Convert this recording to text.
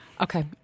Okay